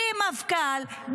בלי מפכ"ל,